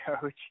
coach